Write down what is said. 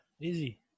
Easy